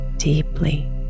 deeply